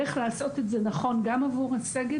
על איך לעשות את זה נכון גם עבור הסגל,